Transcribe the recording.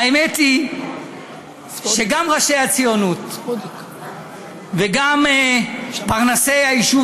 האמת היא שגם ראשי הציונות וגם פרנסי היישוב